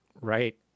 Right